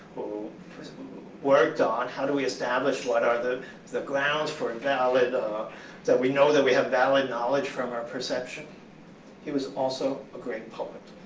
who worked on, how do we establish what are the the grounds for valid that we know that we have valid knowledge from our perception he was also a great poet.